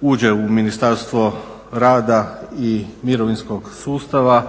uđe u Ministarstvo rada i mirovinskog sustava